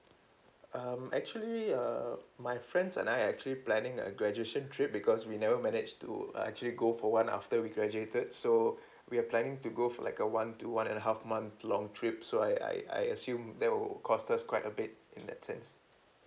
um actually uh my friends and I are actually planning a graduation trip because we never manage to uh actually go for one after we graduated so we're planning to go for like a one to one and a half month long trip so I I I assume that will cost us quite a bit in that sense